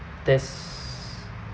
there's